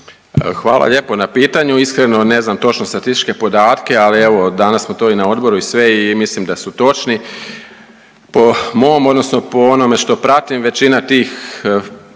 Hvala lijepo na pitanju. Iskreno, ne znam točno statističke podatke, ali evo danas smo to i na Odboru i sve i mislim da su točni po mom, odnosno po onome što pratim većina tih firmi